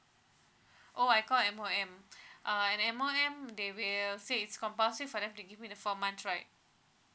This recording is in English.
oh I call M_O_M uh and M_O_M and they will say is compulsive for them to give me the four months right